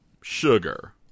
sugar